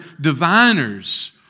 diviners